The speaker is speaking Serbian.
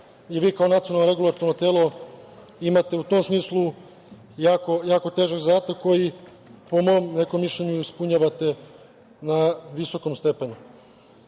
i vi kao nacionalno regulatorno telo imate u tom smislu jako težak zadatak koji, po mom nekom mišljenju, ispunjavate na visokom stepenu. Ono